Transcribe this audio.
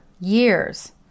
years